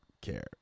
care